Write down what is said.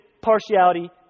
partiality